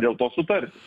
dėl to sutarti